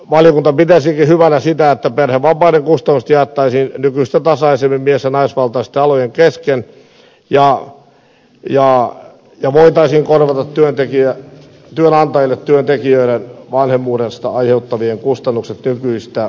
valiokunta pitäisikin hyvänä sitä että perhevapaiden kustannukset jaettaisiin nykyistä tasaisemmin mies ja naisvaltaisten alojen kesken ja voitaisiin korvata työnantajille työntekijöiden vanhemmuudesta aiheutuvia kustannuksia nykyistä paremmin